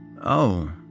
Oh